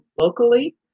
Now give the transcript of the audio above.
locally